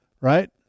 right